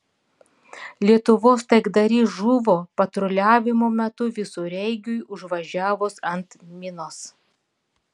lietuvos taikdarys žuvo patruliavimo metu visureigiui užvažiavus ant minos